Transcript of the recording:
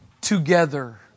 Together